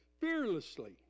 fearlessly